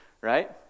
right